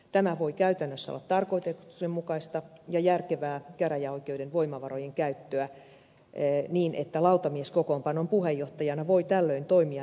tämä voi käytännössä olla tarkoituksenmukaista ja järkevää käräjäoikeuden voimavarojen käyttöä niin että lautamieskokoonpanon puheenjohtajana voi tällöin toimia notaari tai käräjäviskaali